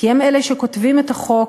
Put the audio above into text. כי הם אלה שכותבים את החוק,